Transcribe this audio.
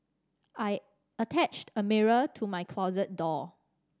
I attached a mirror to my closet door